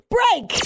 Break